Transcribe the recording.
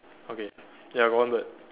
okay ya got one bird